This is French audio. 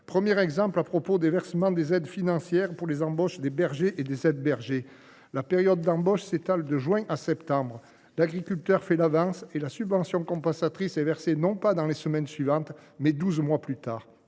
premier exemple concerne le versement d’aides financières pour les embauches de bergers et d’aides bergers. La période d’embauche s’étend de juin à septembre. L’agriculteur fait l’avance et la subvention compensatrice est versée non pas dans les semaines suivantes, mais douze mois plus tard.